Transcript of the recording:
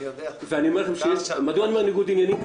מדוע אני אומר שיש ניגוד עניינים?